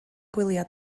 gwyliau